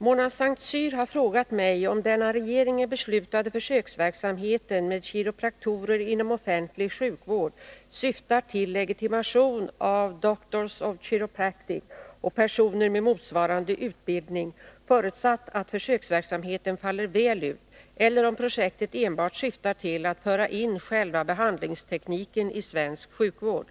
Mona Saint Cyr har frågat mig om den av regeringen beslutade försöksverksamheten med kiropraktorer inom offentlig sjukvård syftar till legitimation av Doctors of Chiropractic och personer med motsvarande utbildning — förutsatt att försöksverksamehten faller väl ut — eller om projektet enbart syftar till att föra in själva behandlingstekniken i svensk sjukvård.